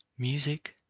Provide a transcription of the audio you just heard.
music,